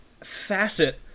facet